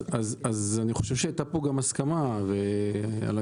אז אני חושב שהייתה פה גם הסכמה על הניסוח,